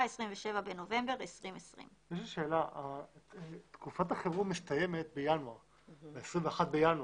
(27 בנובמבר 2020). תקופת החירום מסתיימת ב-21 בינואר.